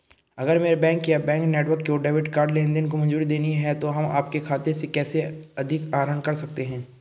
अगर मेरे बैंक या बैंक नेटवर्क को डेबिट कार्ड लेनदेन को मंजूरी देनी है तो हम आपके खाते से कैसे अधिक आहरण कर सकते हैं?